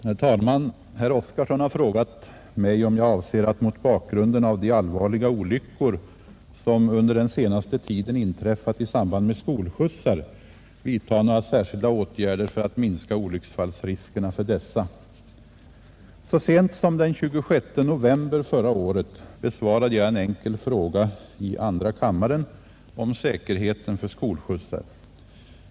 Herr talman! Herr Oskarson har frågat mig om jag avser att mot bakgrunden av de allvarliga olyckor, som under den senaste tiden inträffat i samband med skolskjutsar, vidta några särskilda åtgärder för att minska olycksfallsriskerna för dessa. Så sent som den 26 november förra året besvarade jag en enkel fråga i andra kammaren om säkerheten för skolskjutsar.